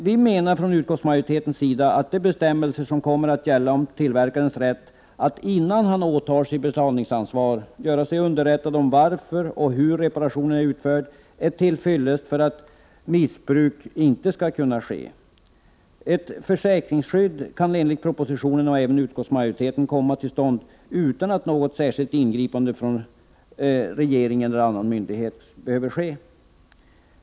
Vi menar från utskottsmajoritetens sida att de bestämmelser om tillverkarens rätt som kommer att gälla, nämligen att han, innan han åtar sig betalningsansvar, gör sig underrättad om varför och hur reparationen är utförd, är till fyllest för att missbruk inte skall kunna ske. Ett försäkringsskydd kan enligt propositionen och även utskottsmajoriteten komma till stånd, utan att något särskilt ingripande från regeringen eller någon annan myndighet behöver ske.